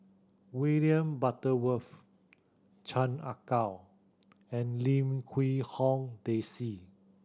William Butterworth Chan Ah Kow and Lim Quee Hong Daisy